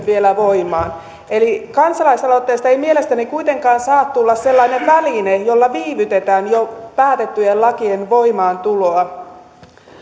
vielä voimaan eli kansalaisaloitteesta ei mielestäni kuitenkaan saa tulla sellainen väline jolla viivytetään jo päätettyjen lakien voimaantuloa